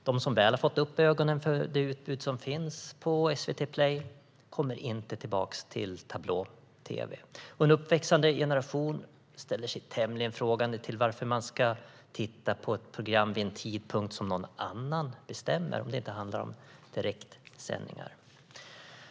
De som väl har fått upp ögonen för det utbud som finns på SVT Play kommer inte tillbaka till tablå-tv. Och en uppväxande generation ställer sig tämligen frågande till varför man ska titta på ett program vid en tidpunkt som någon annan bestämmer om det inte handlar om direktsändningar.